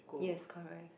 yes correct